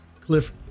Cliff